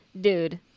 Dude